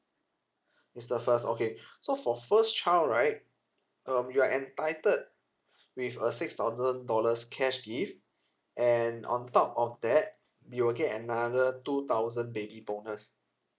it's the first okay so for first child right um you are entitled with a six thousand dollars cash gift and on top of that you will get another two thousand baby bonus